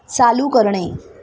चालू करणे